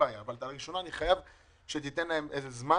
חייב שתיתנו להם זמן